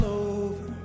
over